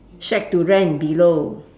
shack to rent below